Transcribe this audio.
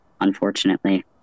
unfortunately